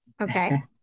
Okay